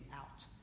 out